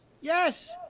Yes